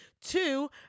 Two